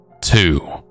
Two